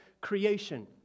creation